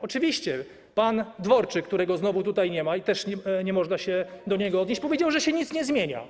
Oczywiście pan Dworczyk, którego znowu tutaj nie ma, więc też nie można się do niego odnieść, powiedział, że się nic nie zmienia.